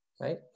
right